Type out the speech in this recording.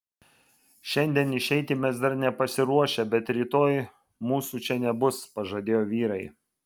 šiandien išeiti mes dar nepasiruošę bet rytoj mūsų čia nebus pažadėjo vyrai